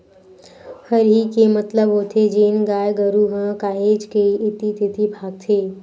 हरही के मतलब होथे जेन गाय गरु ह काहेच के ऐती तेती भागथे